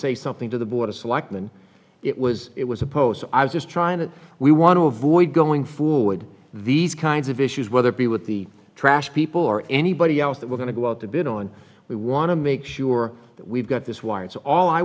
say something to the board of selectmen it was it was a post i was just trying to we want to avoid going forward these kinds of issues whether it be with the trash people or anybody else that we're going to go out to bid on we want to make sure that we've got this why it's all i